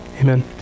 amen